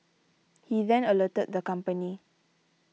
he then alerted the company